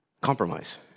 Compromise